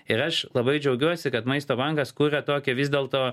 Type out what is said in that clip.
ir aš labai džiaugiuosi kad maisto bankas kuria tokią vis dėl to